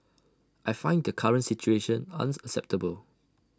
I find the current situation unacceptable